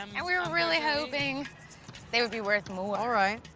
um and we were really hoping they would be worth more. all right.